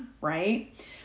right